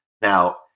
Now